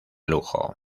lujo